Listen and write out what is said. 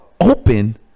open